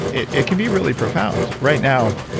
it it can be really profound. right now,